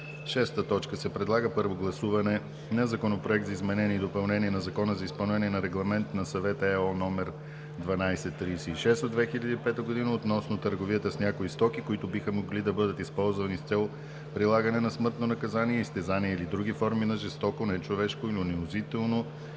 19 октомври 2017 г. 6. Първо гласуване на Законопроект за изменение и допълнение на Закона за изпълнение на Регламент на Съвета (ЕО) № 1236/2005, относно търговията с някои стоки, които биха могли да бъдат използвани с цел прилагане на смъртно наказание, изтезания или други форми на жестоко, нечовешко или унизително